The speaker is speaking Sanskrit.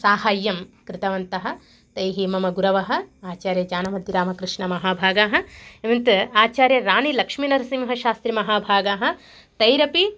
साहाय्यं कृतवन्तः तैः मम गुरवः आचार्यज्ञानमतिकृष्णमहाभागाः एवं त् आचार्यराणीलक्ष्मीनरसिंहशास्त्री महाभागाः तैरपि